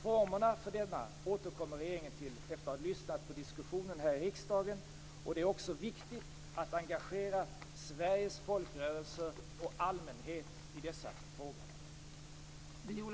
Formerna för denna återkommer regeringen till efter att ha lyssnat på diskussionen här i riksdagen. Det är också viktigt att engagera Sveriges folkrörelser och allmänhet i dessa frågor.